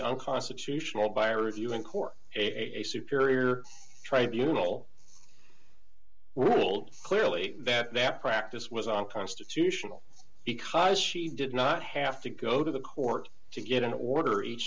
unconstitutional by reviewing court a superior tribunals world clearly that that practice was unconstitutional because she did not have to go to the court to get an order each